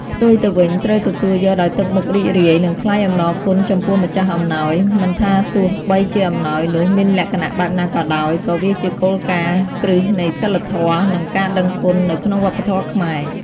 ផ្ទុយទៅវិញ ត្រូវទទួលយកដោយទឹកមុខរីករាយ និងថ្លែងអំណរគុណចំពោះម្ចាស់អំណោយ មិនថាទោះបីជាអំណោយនោះមានលក្ខណៈបែបណាក៏ដោយ ក៏វាជាគោលការណ៍គ្រឹះនៃសីលធម៌ និងការដឹងគុណនៅក្នុងវប្បធម៌ខ្មែរ។